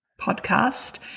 podcast